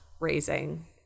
raising